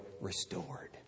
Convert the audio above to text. restored